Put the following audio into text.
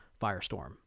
Firestorm